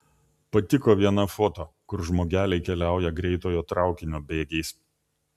patiko viena foto kur žmogeliai keliauja greitojo traukinio bėgiais